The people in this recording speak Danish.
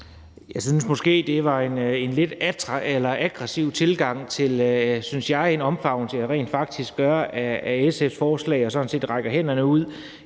Jeg synes måske, det var en lidt aggressiv tilgang til en omfavnelse, jeg rent faktisk gør af SF's forslag – at jeg sådan set rækker hånden ud,